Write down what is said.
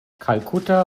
kalkutta